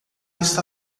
está